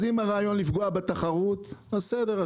אז אם הרעיון הוא לפגוע בתחרות בסדר,